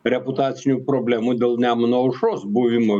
reputacinių problemų dėl nemuno aušros buvimo